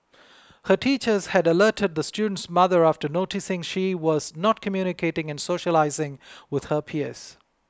her teachers had alerted the student's mother after noticing she was not communicating and socialising with her peers